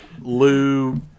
Lou